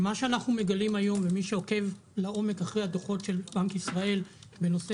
מה שאנחנו מגלים היום למי שעוקב לעומק אחרי הדוחות של בנק ישראל בנושא